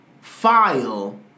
file